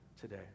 today